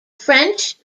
french